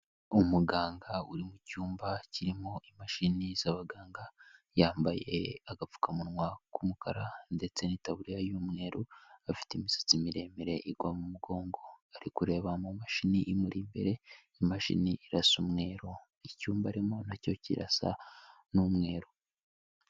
Umuganga uri mu cyumba kirimo imashini z'abaganga, yambaye agapfukamunwa k'umukara ndetse n'itabuririya y'umweru, afite imisatsi miremire igwa mu mugongo, ari kureba mu mashini imuri imbere, imashini irasa umweru, icyumba arimo nacyo kirasa n'umweru.